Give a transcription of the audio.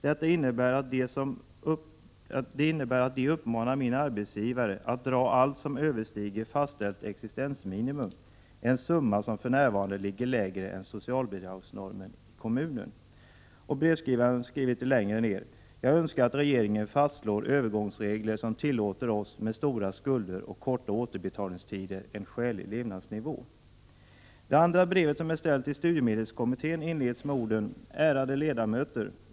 Detta innebär att de uppmanar min arbetsgivare att dra allt som överstiger fastställt existensminimum, en summa som för närvarande ligger lägre än socialbidragsnormen i kommunen.” Och litet längre ner skriver bervskrivaren: ”Jag önskar att regeringen fastslår övergångsregler som tillåter oss med stora skulder och korta återbetalningstider en skälig levnadsnivå.” Det andra brevet är ställt till studiemedelskommittén och inleds med orden: ”Ärade ledamöter!